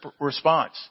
response